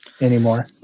anymore